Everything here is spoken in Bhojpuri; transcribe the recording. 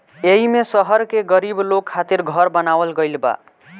एईमे शहर के गरीब लोग खातिर घर बनावल गइल बा